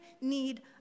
need